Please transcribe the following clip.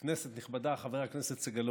כנסת נכבדה, חבר הכנסת סגלוביץ',